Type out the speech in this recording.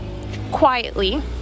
Quietly